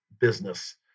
business